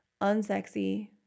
unsexy